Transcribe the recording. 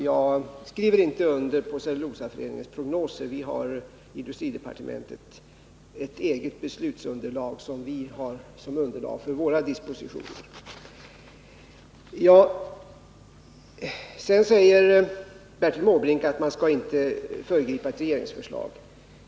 Jag skriver inte under på Cellulosaföreningens prognoser, eftersom vi i industridepartementen har ett eget beslutsunderlag för våra dispositioner. Sedan säger Bertil Måbrink att man inte skall föregripa ett regeringsförslag.